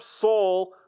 soul